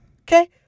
Okay